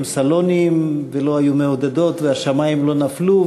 סלוניים ולא היו מעודדות והשמים לא נפלו,